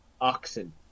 oxen